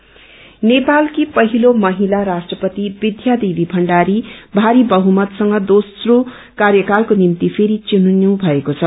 Nepal president नेपालको पहिलो महिला राष्ट्रपति विद्या देवी भण्डारी भारी बहुमतसँग दोस्रो कार्यकालको निम्ति फोरि घुनिनु भएको छ